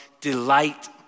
delight